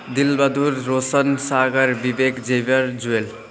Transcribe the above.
Dilbahadur Roshan Sagar Vivek Xavier Jual